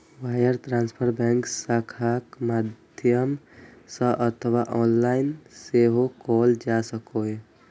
wire transfer bank शाखाक माध्यम सं अथवा ऑनलाइन सेहो कैल जा सकैए